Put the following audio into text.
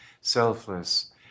selfless